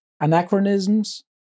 anachronisms